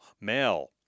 mail